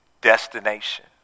destination